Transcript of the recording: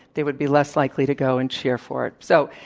they would be less likely to go and cheer for it. so,